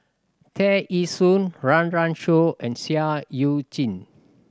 Tear Ee Soon Run Run Shaw and Seah Eu Chin